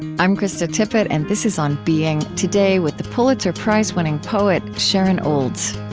i'm krista tippett and this is on being. today, with the pulitzer prize winning poet sharon olds